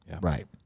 Right